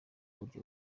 buryo